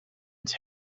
its